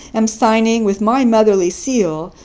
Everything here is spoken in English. am signing, with my motherly seal,